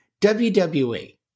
WWE